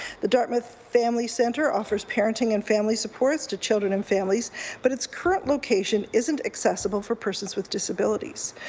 the dartmouth family centre offers parenting and family supports to children and families but its current location isn't accessible for persons with disabilities.